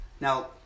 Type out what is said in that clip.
Now